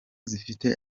zifite